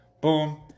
boom